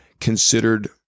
considered